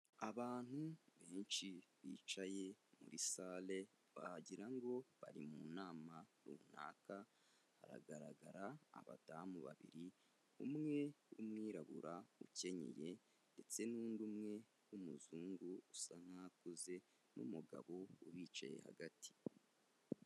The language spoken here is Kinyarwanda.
Abantu benshi bicaye muri sale wagira ngo bari mu nama runaka, hagaragara abadamu babiri, umwe w'umwirabura ukenyeye ndetse n'undi umwe w'umuzungu usa nk'aho akuze n'umugabo ubicaye hagati.